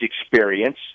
experience